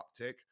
uptick